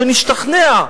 שנשתכנע,